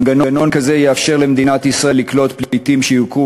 מנגנון כזה יאפשר למדינת ישראל לקלוט פליטים שיוכרו